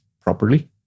properly